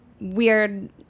weird